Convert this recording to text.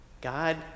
God